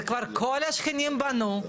זה כבר כל השכנים בנו,